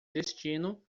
destino